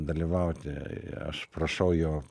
dalyvauti aš prašau jo